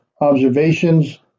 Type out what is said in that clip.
observations